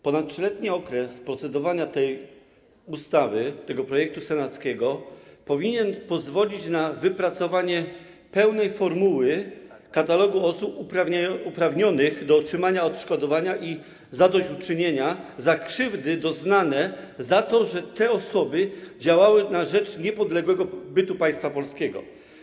Ponadtrzyletni okres procedowania nad tą ustawą, nad tym projektem senackim powinien pozwolić na wypracowanie pełnej formuły katalogu osób uprawnionych do otrzymania odszkodowania i zadośćuczynienia za krzywdy doznane przez to, że działały na rzecz niepodległego bytu państwa polskiego.